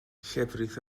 llefrith